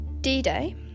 D-Day